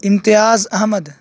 Imtiaz Ahmad